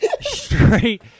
straight